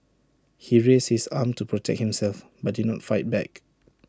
he raised his arm to protect himself but did not fight back